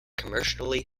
commercially